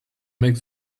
make